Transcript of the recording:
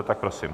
Tak prosím.